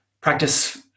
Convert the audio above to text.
Practice